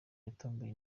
yatomboye